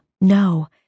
No